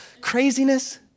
craziness